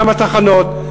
גם התחנות,